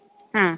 മ്മ്